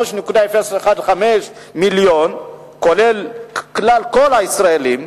3.015 מיליון, כולל לא-ישראלים,